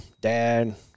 dad